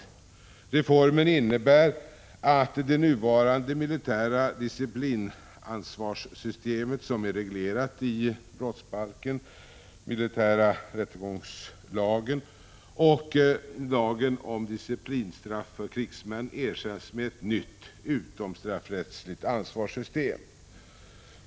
Den nu föreslagna reformen innebär att det nuvarande militära disciplinansvarssystemet, som är reglerat i brottsbalken, militära rättegångslagen och lagen om disciplinstraff för krigsmän, ersätts med ett nytt utomstraffrättsligt ansvarssystem.